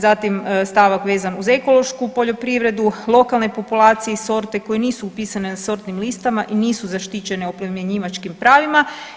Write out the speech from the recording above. Zatim stavak vezan uz ekološku poljoprivredu, lokalne populaciji sorte koje nisu upisane na sortnim listama i nisu zaštićene oplemenjivačkim pravima.